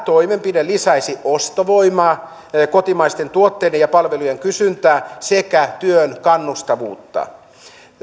toimenpide lisäisi ostovoimaa kotimaisten tuotteiden ja palvelujen kysyntää sekä työn kannustavuutta